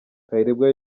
kayirebwa